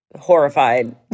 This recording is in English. horrified